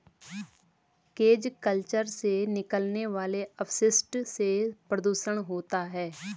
cage culture से निकलने वाले अपशिष्ट से प्रदुषण होता है